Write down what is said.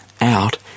out